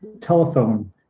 telephone